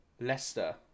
Leicester